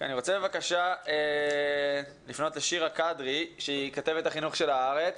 אני רוצה בבקשה לפנות לשירה קדרי שהיא כתבת החינוך של עיתון הארץ.